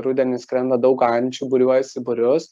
rudenį skrenda daug ančių būriuojasi į būrius